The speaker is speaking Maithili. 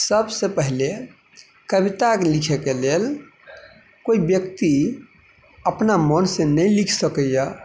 सभसँ पहले कविताके लिखैके लेल कोइ व्यक्ति अपना मनसँ नहि लिखि सकैए